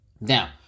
Now